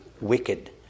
wicked